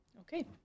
Okay